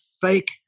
fake